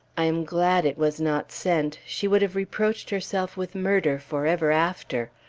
i am glad it was not sent she would have reproached herself with murder forever after.